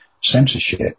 censorship